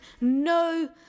no